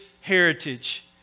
heritage